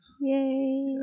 Yay